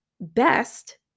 best